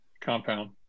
compound